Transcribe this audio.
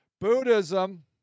buddhism